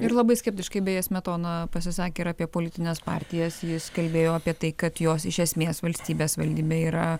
ir labai skeptiškai beje smetona pasisakė ir apie politines partijas jis kalbėjo apie tai kad jos iš esmės valstybės valdyme yra